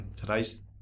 today's